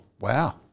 wow